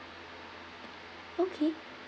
okay